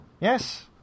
Yes